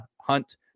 hunt